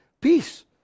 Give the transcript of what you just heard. peace